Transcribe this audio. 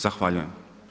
Zahvaljujem.